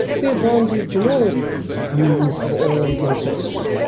the advantage in all points of view, of all concerned!